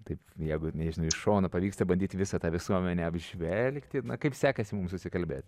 taip jeigu nežinai iš šono pavyksta bandyti visą tą visuomenę apžvelgti kaip sekasi mums susikalbėt